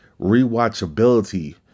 rewatchability